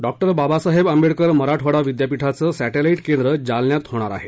डॉ बाबासाहेब आंबेडकर मराठवाडा विद्यापीठाचं सप्टैमाइट केंद्र जालन्यात होणार आहे